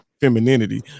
femininity